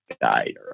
guide